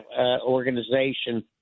organization